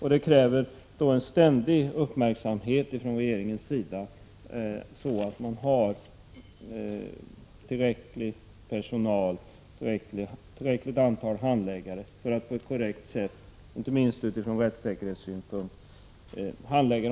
Detta kräver ständig uppmärksamhet från regeringens sida, så att det finns tillräckligt många handläggare för att de här frågorna skall handläggas på ett korrekt sätt, inte minst från rättssäkerhetssynpunkt.